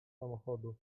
samochodu